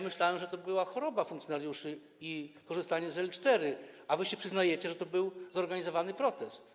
Myślałem, że to była choroba funkcjonariuszy i korzystanie z L4, a wy przyznajecie, że to był zorganizowany protest.